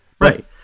right